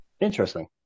Interesting